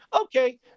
okay